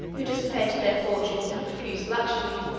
who dissipated their fortunes in profuse luxury,